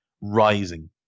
rising